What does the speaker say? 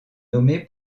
nommé